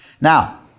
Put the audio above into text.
Now